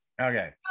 Okay